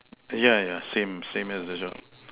yeah yeah same same as this one